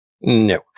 No